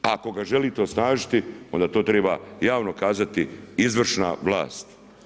Ako ga želite osnažiti onda to treba javno kazati izvršna vlast.